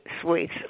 sweets